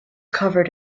covered